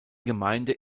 gemeinde